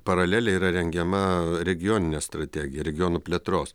paraleliai yra rengiama regioninė strategija regionų plėtros